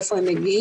מאיפה הם מגיעים.